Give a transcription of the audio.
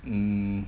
mm